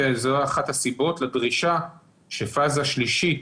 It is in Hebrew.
וזו אחת הסיבות לדרישה שפאזה שלישית